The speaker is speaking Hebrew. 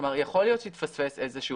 כלומר, יכול להיות שהתפספס איזשהו